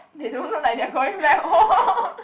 they don't look like they're going back home